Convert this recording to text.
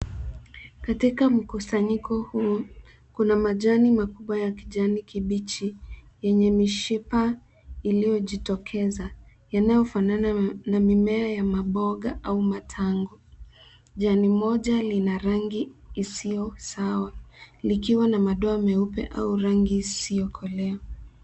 Katika mkusanyiko huu, kuna majani makubwa ya kijani kibichi yenye mishipa iliyojitokeza yanayofanana na mimea ya maboga au matango. Jani moja lina rangi isiyo sawa likiwa na madoa meupe au rangi isiyokolea.